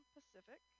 Pacific